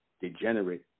degenerate